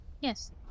Yes